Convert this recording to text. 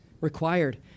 required